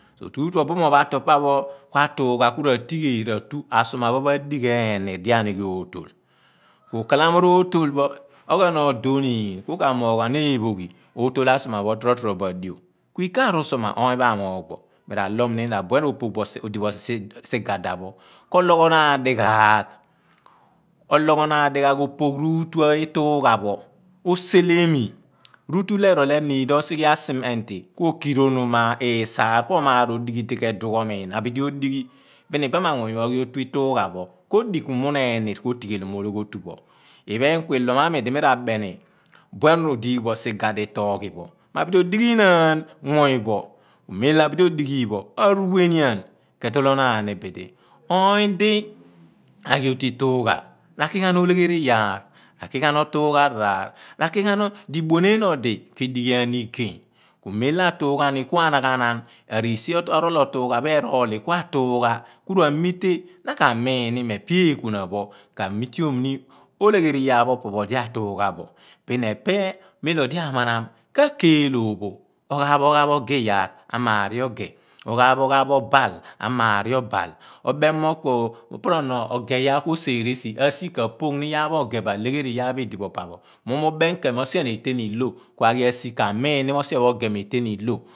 Tutu ọbumoony pho a tool pa pho ku a tuugha ku ratigheel r'atu asọr ma pho madigh eeniir. Kalamo rotoọl pho, oghen o dho oniin kukamoogh ghan eephooghi otoọl ghan asuemapho tro, tro bo adio? Kuikah arusoụr ma ony pho a moogh bo? Miraloom ni mo abuen ro phoogh bo sigheda pho kolọghọ naạn ḍi ghaag opoogh ruutu etugha pho mo selemi r'uutudi eghiigh maạdie need osighe a siment kuo kirionoom lisaar ku omaar odighi idi keedugh omiin ku a bidi odighi biin ibaamanmuny pho oghi otu ituugha pho kodikumun eeniir kuotigheee ologho otu pho i phen ku iloọm mạ mi di mi ra benị buẹn odighi bọ sighadatooghi phọ abidi oḏi ghi naạn ghan muny pho, mem loọr abidi odighi i phen phọ aruwehnian. Ketolo naan ni bidi. Ony di aghi otu ituugha kakighan olegheri iyaạr, otuugh araar r'ạ kighan di iḏueeneen odi ke ḏighiaani igey. Memlo atuughaani kuanaghanaan ariisi oroọl otuugha pho eroọli kuatuugha, ku ra me tee na ka miin nị mo opẹ ekuuna phọ kamitiom nii olegheriiyaar pho ọpo phọ odi atuugha bo been epe biin mem dio di amanam ka keẹl oọpho ogbaaph oghaaph ọge iyaar amaari oge, obhaaph, ohhaaph obaạl a maari obaal oḇem mo pro nọ oge iyaar kuo seẹrie esi, asi kapoogh ni iyaar pho ọge bọ alegheri iyaar pho edibo pa phọ oḇeem keeny mo sien ekẹan ilho kua ghi asi kamiini mo sien pho mo beem mo eteen ilo.